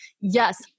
yes